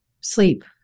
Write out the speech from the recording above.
sleep